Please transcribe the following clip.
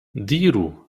diru